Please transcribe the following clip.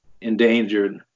endangered